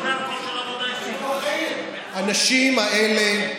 האנשים האלה,